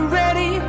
ready